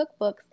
cookbooks